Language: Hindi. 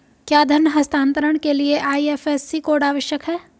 क्या धन हस्तांतरण के लिए आई.एफ.एस.सी कोड आवश्यक है?